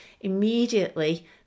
Immediately